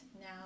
now